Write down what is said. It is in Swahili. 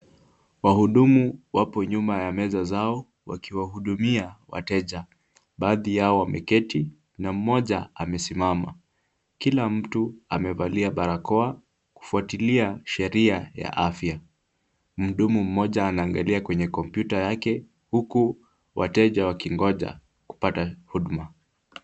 Wahudumu wapo nyuma ya meza zao wakiwahudumia wateja. Baadhi yao wameketi na mmoja amesimama. Kila mtu amevalia barakoa kufuatilia sheria ya afya. Mhudumu mmoja anaangalia kwenye kompyuta yake huku wateja wakingonja kupata huduma.